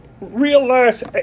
realize